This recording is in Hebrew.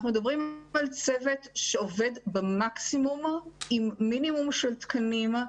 אנחנו מדברים על צוות שעובד במקסימום עם מינימום של תקנים,